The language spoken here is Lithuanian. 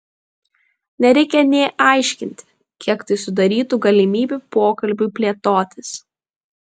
nereikia nė aiškinti kiek tai sudarytų galimybių pokalbiui plėtotis